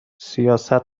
سیاست